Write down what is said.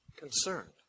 concerned